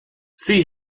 see